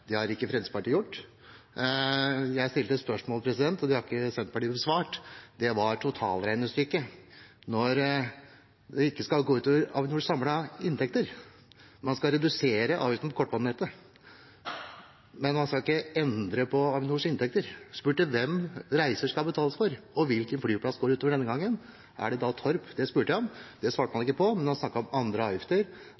Det har ikke Fremskrittspartiet gjort. Jeg stilte et spørsmål, og det har ikke Senterpartiet besvart, og det handlet om totalregnestykket når det ikke skal gå ut over Avinors samlede inntekter – man skal redusere avgiftene på kortbanenettet, men man skal ikke endre på Avinors inntekter. Jeg spurte hvilke reiser som skal betales for, og hvilken flyplass går det ut over denne gangen, er det da Torp? Det spurte jeg om. Det svarte man